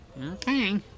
Okay